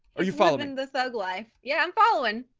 are you following this ugh life? yeah, i'm following